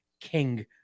King